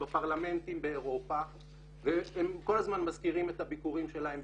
ובפרלמנטים באירופה והם כל הזמן מזכירים את הביקורים שלהם בישראל,